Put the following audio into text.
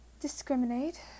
discriminate